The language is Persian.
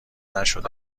نشده